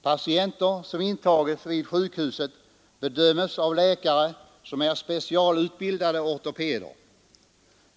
Patienter som tas in vid sjukhuset bedöms av läkare som är specialutbildade ortopeder.